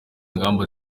ingamba